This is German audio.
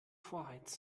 vorheizen